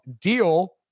deal